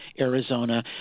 Arizona